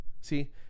See